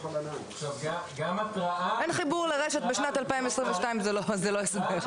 אין חיבור לרשת בשנת 2022 זה לא הסבר.